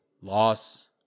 loss